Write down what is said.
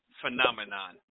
Phenomenon